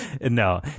no